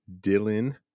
Dylan